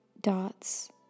dots